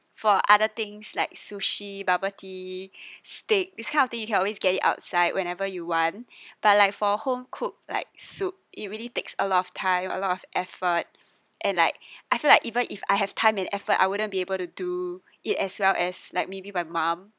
for other things like sushi bubble tea steak this kind of thing you can always get it outside whenever you want but like for home cooked like soup it really takes a lot of time a lot of effort and like I feel like even if I have time and effort I wouldn't be able to do it as well as like maybe my mom